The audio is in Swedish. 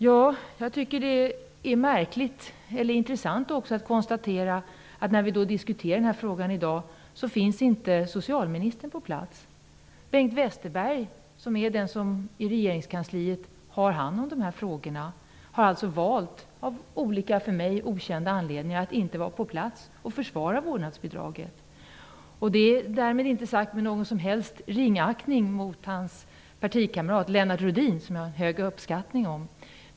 Jag tycker att det är märkligt -- och intressant också -- att konstatera att när vi diskuterar den här frågan i dag finns inte socialministern på plats. Bengt Westerberg, som är den som i regeringskansliet har hand om de här frågorna, har alltså valt, av för mig okänd anledning, att inte vara på plats och försvara vårdnadsbidraget. Detta är inte sagt med någon som helst ringaktning mot hans partikamrat Lennart Rohdin, som jag har en hög uppskattning om.